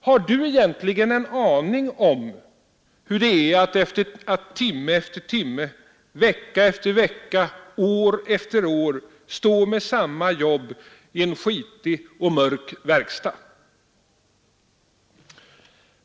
Har du egentligen en aning om hur det är att timme efter timme, vecka efter vecka, år efter år stå med samma jobb i en skitig och mörk verkstad?